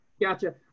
gotcha